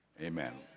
Amen